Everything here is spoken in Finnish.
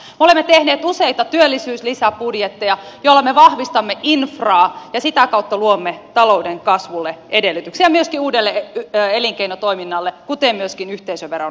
me olemme tehneet useita työllisyyslisäbudjetteja joilla me vahvistamme infraa ja sitä kautta luomme talouden kasvulle edellytyksiä ja myöskin uudelle elinkeinotoiminnalle kuten myöskin yhteisöveron laskulle